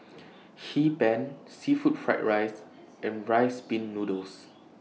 Hee Pan Seafood Fried Rice and Rice Pin Noodles